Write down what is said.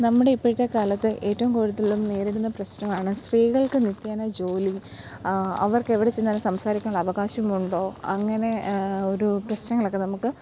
നമ്മുടെ ഇപ്പോഴത്തെക്കാലത്ത് ഏറ്റവും കൂടുതലും നേരിടുന്ന പ്രശ്നമാണ് സ്ത്രീകൾക്ക് നിത്യേന ജോലി അവർക്ക് എവിടെച്ചെന്നാലും സംസാരിക്കാനുള്ള അവകാശമുണ്ടൊ അങ്ങനെ ഒരു പ്രശ്നങ്ങളൊക്കെ നമുക്ക്